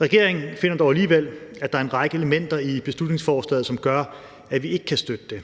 Regeringen finder dog alligevel, at der er en række elementer i beslutningsforslaget, som gør, at vi ikke kan støtte det.